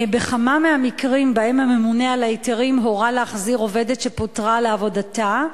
בכמה מהמקרים שבהם הממונה על ההיתרים הורה להחזיר עובדת שפוטרה לעבודתה,